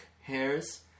hairs